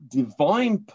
divine